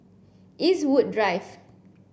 Eastwood Drive